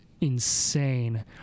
insane